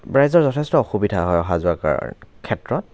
ৰাইজৰ যথেষ্ট অসুবিধা হয় অহা যোৱা ক্ষেত্ৰত